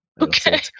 okay